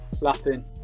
Latin